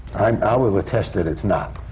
um i will attest that it's not.